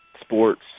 sports